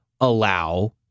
allow